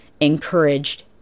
encouraged